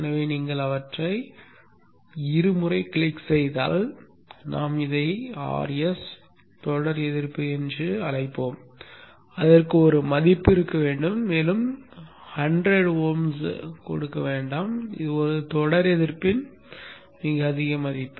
எனவே நீங்கள் அவற்றை இருமுறை கிளிக் செய்தால் நாம் இதை Rs தொடர் எதிர்ப்பு என்று அழைப்போம் அதற்கு ஒரு மதிப்பு இருக்க வேண்டும் மேலும் 100 ஓம்ஸ் கொடுக்க வேண்டாம் இது ஒரு தொடர் எதிர்ப்பின் மிக அதிகம் 0